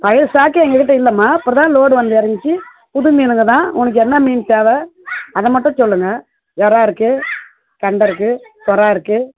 பழைய ஸ்டாக்கே எங்கள்கிட்ட இல்லைம்மா இப்போ தான் லோடு வந்து இறங்குச்சி புது மீனுங்க தான் உனக்கு என்ன மீன் தேவை அதை மட்டும் சொல்லுங்கள் எறால் இருக்குது கெண்டை இருக்குது சுறா இருக்குது